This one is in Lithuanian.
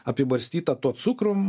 apibarstyta tuo cukrum